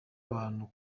abantu